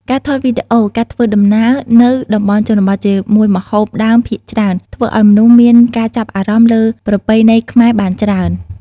ការថតវីដេអូការធ្វើដំណើរនៅតំបន់ជនបទជាមួយម្ហូបដើមភាគច្រើនធ្វើឲ្យមនុស្សមានការចាប់អារម្មណ៍លើប្រពៃណីខ្មែរបានច្រើន។